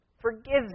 forgives